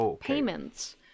payments